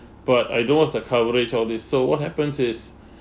but I don't watch the coverage all these so what happens is